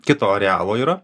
kito arealo yra